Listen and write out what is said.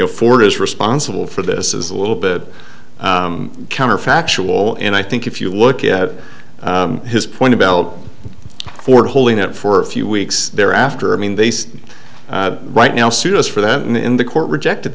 know ford is responsible for this is a little bit counterfactual and i think if you look at his point about ford holding it for a few weeks thereafter i mean they see right now sued us for that and in the court rejected